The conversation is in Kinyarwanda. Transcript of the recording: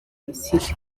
misiri